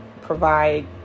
provide